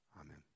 Amen